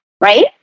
right